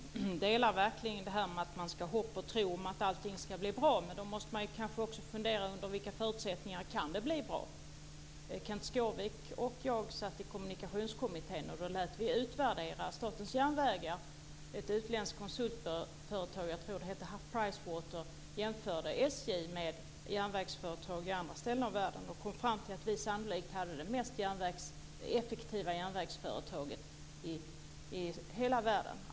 Fru talman! Jag delar verkligen uppfattningen om att ha hopp om och en tro på att allting blir bra. Men då måste man kanske också fundera på under vilka förutsättningar det kan bli bra. Kenth Skårvik och jag satt båda med i Kommunikationskommittén där vi lät utvärdera Statens Järnvägar. Ett utländskt konsultföretag - jag tror att det heter Price Water - jämförde SJ med järnvägsföretag på andra håll i världen och kom fram till att vi sannolikt hade det effektivaste järnvägsföretaget i hela världen.